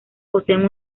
poseen